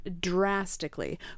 drastically